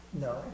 No